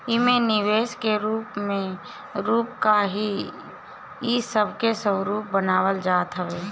एमे निवेश के रूप का रही इ सब के स्वरूप बनावल जात हवे